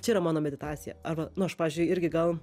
čia yra mano meditacija arba nu aš pavyzdžiui irgi gal